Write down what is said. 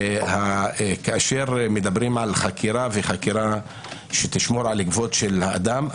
כאשר מדברים על חקירה שתשמור על כבוד האדם,